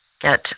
get